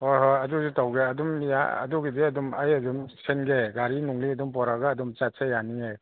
ꯍꯣꯏ ꯍꯣꯏ ꯑꯗꯨꯗꯤ ꯇꯧꯒꯦ ꯑꯗꯨꯝ ꯑꯗꯨꯒꯤꯗꯤ ꯑꯗꯨꯝ ꯑꯩ ꯑꯗꯨꯝ ꯁꯤꯟꯒꯦ ꯒꯥꯔꯤ ꯅꯨꯡꯂꯤ ꯑꯗꯨꯝ ꯄꯣꯔꯛꯑꯒ ꯑꯗꯨꯝ ꯆꯠꯁꯦ ꯌꯥꯅꯤꯌꯦ